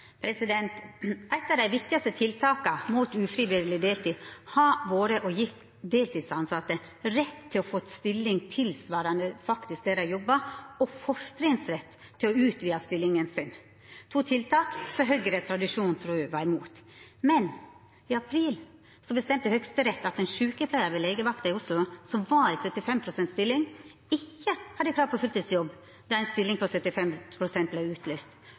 Eit av dei viktigaste tiltaka mot ufrivillig deltid har vore å gje deltidstilsette rett til å få stilling tilsvarande det dei faktisk jobbar, og fortrinnsrett til å utvida stillinga si – to tiltak som Høgre, tradisjonen tru, var imot. Men i april bestemte Høgsterett at ein sjukepleiar ved legevakta i Oslo som var i 75 pst. stilling, ikkje hadde krav på fulltidsjobb då ei stilling på 75 pst. vart utlyst.